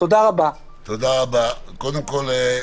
ליבנו איתכם,